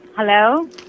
Hello